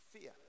fear